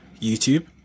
YouTube